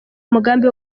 umugambi